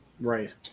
Right